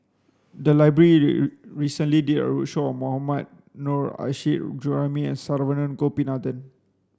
the library recently did a roadshow on Mohammad Nurrasyid Juraimi and Saravanan Gopinathan